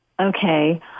Okay